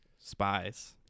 Spies